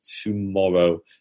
tomorrow